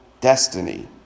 destiny